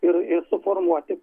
ir ir suformuoti